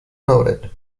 noted